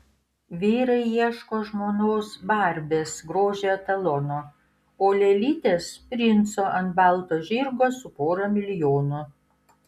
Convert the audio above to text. vyrai ieško žmonos barbės grožio etalono o lėlytės princo ant balto žirgo su pora milijonų